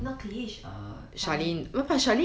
not klish err charlene